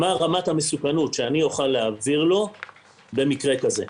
מה רמת המסוכנות שאני אוכל להעביר לו במקרה כזה?